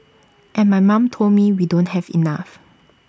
and my mom told me we don't have enough